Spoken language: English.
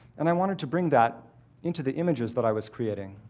and i wanted to bring that into the images that i was creating.